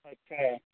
अच्छा